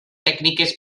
tècniques